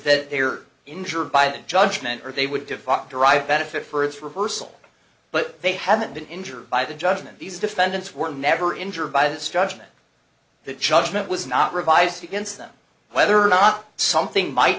that they are injured by that judgement or they would devote derive benefit for its reversal but they haven't been injured by the judgement these defendants were never injured by a structure that the judgment was not revised against them whether or not something might